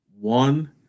one